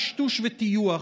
טשטוש וטיוח.